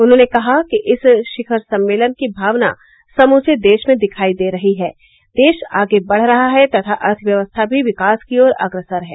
उन्होंने कहा कि इस शिखर सम्मेलन की भावना समूचे देश में दिखाई दे रही है देश आगे बढ़ रहा है तथा अर्थव्यवस्था भी विकास की ओर अग्रसर है